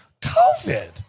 COVID